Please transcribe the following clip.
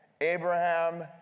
Abraham